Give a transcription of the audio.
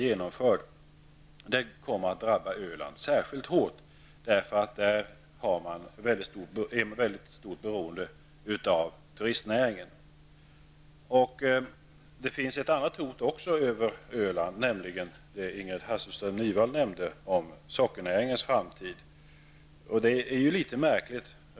Detta kommer att drabba Öland särskilt hårt, eftersom man där är mycket beroende av turistnäringen. Det finns också ett annat hot över Öland, nämligen det Ingrid Hasselström Nyvall framhöll om sockernäringens framtid. Detta är litet märkligt.